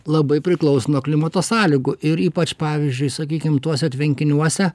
labai priklauso nuo klimato sąlygų ir ypač pavyzdžiui sakykim tuose tvenkiniuose